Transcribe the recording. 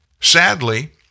Sadly